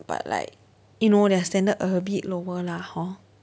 but like you know their standard a bit lower lah hor